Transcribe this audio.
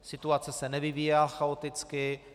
Situace se nevyvíjela chaoticky.